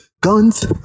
guns